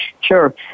Sure